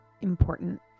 important